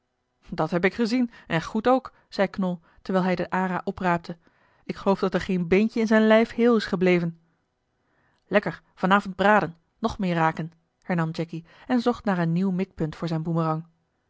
dat heb ik gezien en goed ook zei knol terwijl hij den ara opraapte ik geloof dat er geen beentje in zijn lijf heel is gebleven lekker van avond braden nog meer raken hernam jacky en zocht naar een nieuw mikpunt voor zijn